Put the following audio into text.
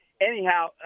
anyhow